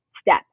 step